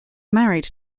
married